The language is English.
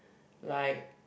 like